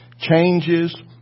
changes